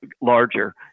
larger